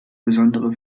besondere